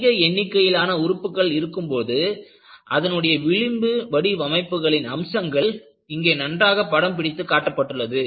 அதிக எண்ணிக்கையிலான உறுப்புகள் இருக்கும் போது அதனுடைய விளிம்பு வடிவமைப்புகளின் அம்சங்கள் இங்கே நன்றாக படம்பிடித்து காட்டப்பட்டுள்ளது